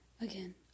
Again